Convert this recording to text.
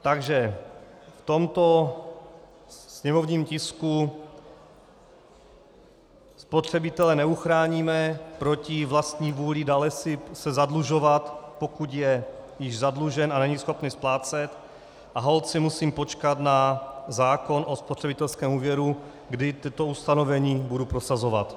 Takže v tomto sněmovním tisku spotřebitele neuchráníme proti vlastní vůli dále se zadlužovat, pokud je již zadlužen a není schopný splácet, a holt si musím počkat na zákon o spotřebitelském úvěru, kdy toto ustanovení budu prosazovat.